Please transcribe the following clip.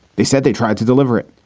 they said they tried to deliver it.